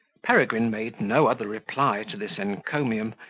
peregrine made no other reply to this encomium,